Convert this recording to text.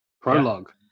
prologue